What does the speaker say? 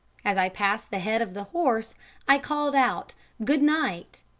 as i passed the head of the horse i called out good night.